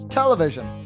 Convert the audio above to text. television